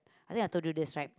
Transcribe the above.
and then I told you this right